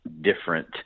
different